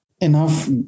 enough